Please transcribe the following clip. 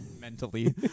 Mentally